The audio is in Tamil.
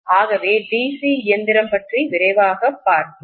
ஆகவே DC இயந்திரம் பற்றி விரைவாகப் பார்ப்போம்